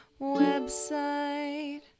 website